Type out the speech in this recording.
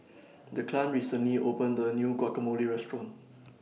Declan recently opened A New Guacamole Restaurant